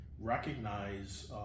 recognize